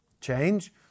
Change